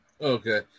Okay